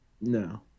No